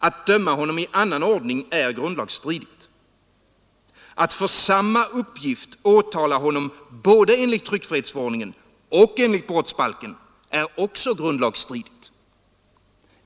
Att döma honom i annan ordning är grundlagsstridigt. Att för samma uppgift åtala honom både enligt tryckfrihetsförordningen och enligt brottsbalken är också grundlagsstridigt.